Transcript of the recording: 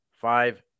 five